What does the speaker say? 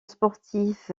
sportif